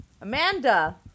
Amanda